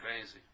crazy